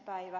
päivä